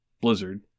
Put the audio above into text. Blizzard